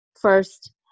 first